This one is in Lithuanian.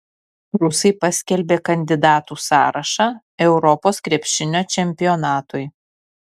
rusai paskelbė kandidatų sąrašą europos krepšinio čempionatui